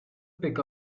pick